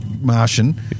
Martian